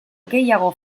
gehiago